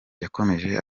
yakomeje